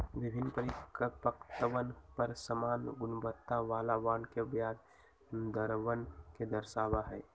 विभिन्न परिपक्वतवन पर समान गुणवत्ता वाला बॉन्ड के ब्याज दरवन के दर्शावा हई